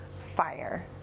Fire